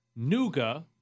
Nuga